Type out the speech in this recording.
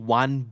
one